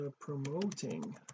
promoting